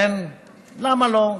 למה לא?